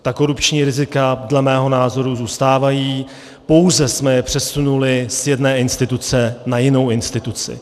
Ta korupční rizika dle mého názoru zůstávají, pouze jsme je přesunuli z jedné instituce na jinou instituci.